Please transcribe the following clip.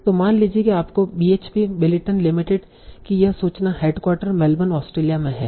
तो मान लीजिए कि आपको बीएचपी बिलिटन लिमिटेड की यह सूचना हेडक्वार्टर मेलबर्न ऑस्ट्रेलिया में है